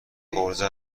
عرضه